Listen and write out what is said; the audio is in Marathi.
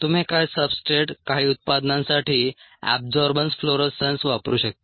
तुम्ही काही सब्सट्रेट काही उत्पादनांसाठी एबजॉर्बन्स फ्लोरोसन्स वापरू शकता